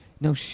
no